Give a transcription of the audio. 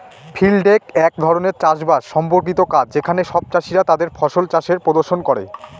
field ডেক এক ধরনের চাষ বাস সম্পর্কিত কাজ যেখানে সব চাষীরা তাদের ফসল চাষের প্রদর্শন করে